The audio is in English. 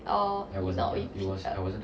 orh thought you dated